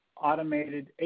automated